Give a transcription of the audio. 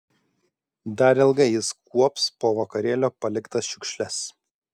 dar ilgai jis kuops po vakarėlio paliktas šiukšles